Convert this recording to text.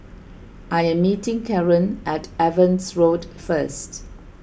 I am meeting Caren at Evans Road first